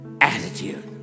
attitude